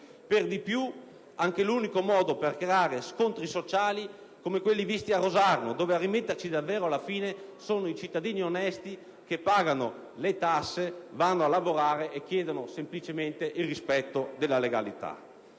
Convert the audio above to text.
Per di più, questo è anche l'unico modo per creare scontri sociali, come quelli visti a Rosarno, dove alla fine a rimetterci davvero sono i cittadini onesti che pagano le tasse, vanno a lavorare e chiedono semplicemente il rispetto della legalità.